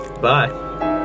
Bye